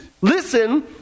Listen